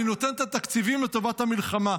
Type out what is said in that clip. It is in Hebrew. אני נותן את התקציבים לטובת המלחמה.